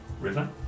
river